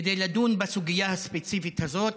כדי לדון בסוגיה הספציפית הזאת,